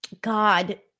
God